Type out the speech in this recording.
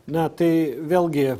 na tai vėlgi